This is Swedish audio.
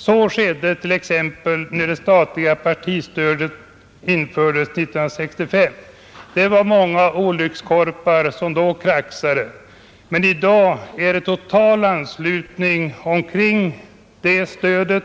Så skedde t.ex. när det statliga partistödet infördes 1965. Det var många olyckskorpar som då kraxade, men i dag har vi total anslutning omkring det stödet;